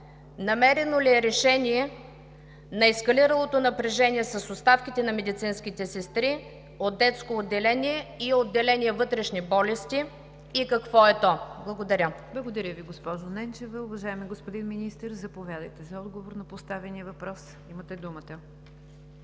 Намерено ли е решение на ескалиралото напрежение с оставките на медицинските сестри от Детско отделение и отделение „Вътрешни болести“ и какво е то? Благодаря. ПРЕДСЕДАТЕЛ НИГЯР ДЖАФЕР: Благодаря Ви, госпожо Ненчева. Уважаеми господин Министър, заповядайте за отговор на поставения въпрос. Имате думата.